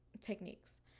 techniques